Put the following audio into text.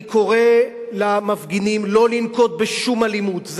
אני קורא למפגינים לא לנקוט שום אלימות,